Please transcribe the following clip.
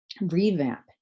revamp